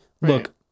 look